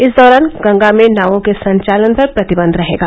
इस दौरान गंगा में नावों के संचालन पर प्रतिबंध रहेगा